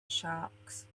sharks